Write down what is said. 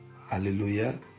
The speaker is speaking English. Hallelujah